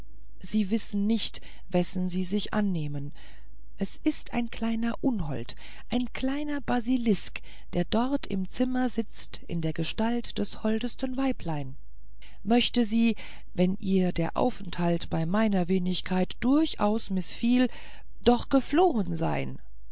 sie wissen nicht wessen sie sich annehmen es ist ein kleiner unhold ein kleiner basilisk der dort im zimmer sitzt in der gestalt des holdesten weibleins möchte sie wenn ihr der aufenthalt bei meiner wenigkeit durchaus mißfiel doch geflohen sein